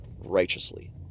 righteously